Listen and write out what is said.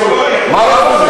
מה רע בזה?